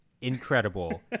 incredible